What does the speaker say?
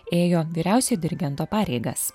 ėjo vyriausiojo dirigento pareigas